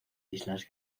islas